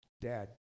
dad